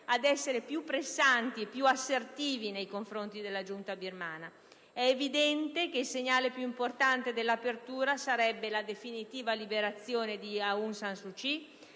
ad essere più pressanti e più assertivi nei confronti della Giunta birmana. È evidente che il segnale più importante dell'apertura sarebbe la definitiva liberazione di Aung San Suu Kyi